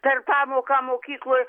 per pamoką mokykloj